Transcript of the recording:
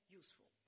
useful